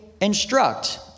instruct